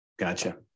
Gotcha